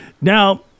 Now